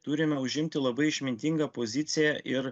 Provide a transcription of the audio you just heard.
turime užimti labai išmintingą poziciją ir